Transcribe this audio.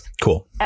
Cool